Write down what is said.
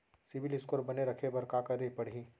CIBIL score बने रखे बर का करे पड़ही?